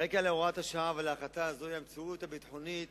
הרקע להוראת השעה ולהחלטה זה המציאות הביטחונית